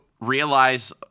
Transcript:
realize